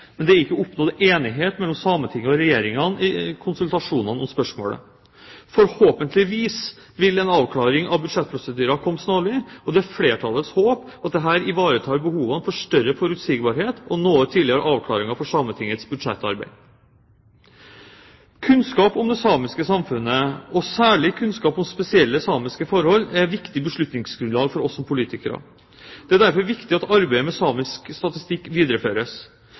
men det er ikke oppnådd enighet mellom Sametinget og Regjeringen i konsultasjonene om spørsmålet. Forhåpentligvis vil en avklaring av budsjettprosedyrer komme snarlig, og det er flertallets håp at dette ivaretar behovene for større forutsigbarhet og noe tidligere avklaringer for Sametingets budsjettarbeid. Kunnskap om det samiske samfunnet, og særlig kunnskap om spesielle samiske forhold, er et viktig beslutningsgrunnlag for oss som politikere. Det er derfor viktig at arbeidet med samisk statistikk videreføres.